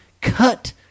cut